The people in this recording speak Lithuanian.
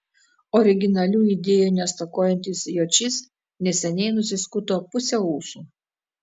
originalių idėjų nestokojantis jočys neseniai nusiskuto pusę ūsų